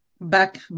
Back